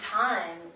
time